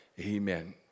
Amen